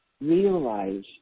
realize